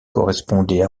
correspondait